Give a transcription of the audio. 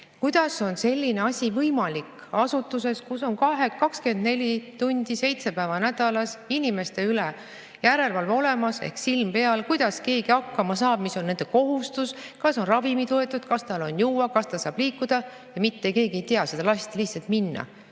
Kuidas on selline asi võimalik asutuses, kus on 24 tundi päevas seitse päeva nädalas inimeste üle järelevalve olemas, ehk silm on peal, kuidas keegi hakkama saab – see on nende kohustus –, kas on ravimid võetud, kas tal on juua, kas ta saab liikuda? Mitte keegi ei tea, lasti lihtsalt minna.